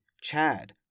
Chad